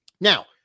Now